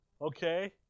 Okay